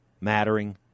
mattering